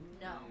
No